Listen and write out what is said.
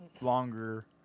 longer